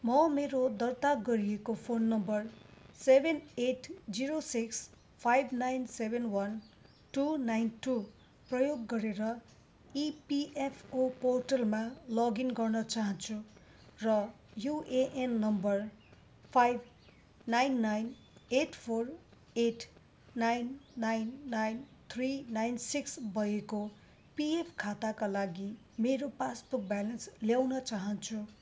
म मेरो दर्ता गरिएको phone number zero six five nine seven one two nine two प्रयोग गरेर इपिएफओ पोर्टलमा लगइन गर्न चाहन्छु र UAN number five nine nine eight four eight nine nine nine three nine six भएको पिएफ खाताका लागि मेरो पासबुक ब्यालेन्स ल्याउन चाहन्छु